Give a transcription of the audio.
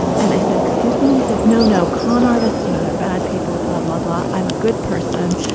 and i said, excuse me. he said, no, no, con artist, you know, they're bad people, blah, blah, blah. i'm a good person.